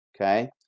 okay